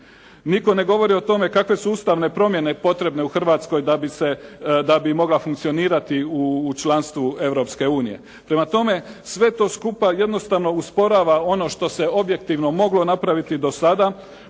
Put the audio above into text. Nitko ne govori o tome kakve su ustavne promjene potrebne u Hrvatskoj da bi se, da bi mogla funkcionirati u članstvu Europske unije. Prema tome sve to skupa jednostavno usporava ono što se objektivno moglo napraviti do sada,